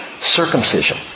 Circumcision